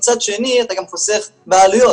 מצד שני אתה גם חוסך בעלויות.